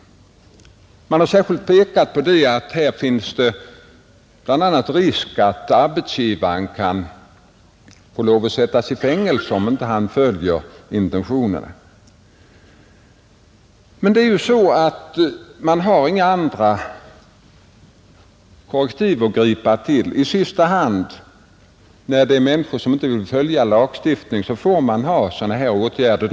Det har särskilt påpekats att det bl.a. finns risk för att arbetsgivaren kan sättas i fängelse om han inte följer intentionerna. Men det finns inga andra korrektiv att tillgripa i sista hand. När människor inte vill följa lagstiftningen, får man till slut ta till sådana åtgärder.